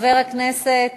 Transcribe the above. חבר הכנסת